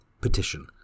Petition